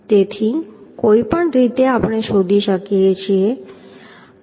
તેથી કોઈપણ રીતે આપણે શોધી શકીએ છીએ